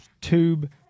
tube